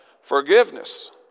Forgiveness